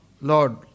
Lord